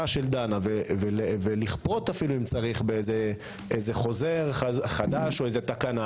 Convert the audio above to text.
של דנה ולכפות אם צריך אפילו אם צריך באיזה חוזר חדש או איזו תקנה